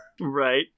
Right